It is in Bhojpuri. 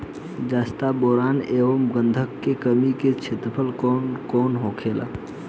जस्ता बोरान ऐब गंधक के कमी के क्षेत्र कौन कौनहोला?